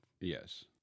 Yes